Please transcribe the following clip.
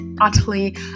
utterly